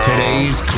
Today's